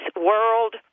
World